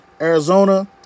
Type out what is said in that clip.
Arizona